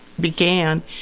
began